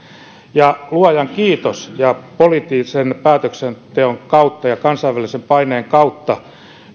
luojan kiitos ja poliittisen päätöksenteon kautta ja kansainvälisen paineen kautta